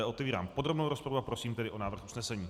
Otevírám podrobnou rozpravu a prosím tedy o návrh usnesení.